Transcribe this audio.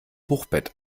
hochbett